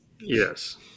Yes